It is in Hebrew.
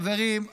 חברים,